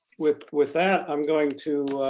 with with that i'm going to